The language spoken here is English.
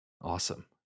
Awesome